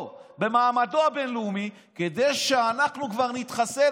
במעמדו הבין-לאומי כדי שאנחנו כבר נתחסן,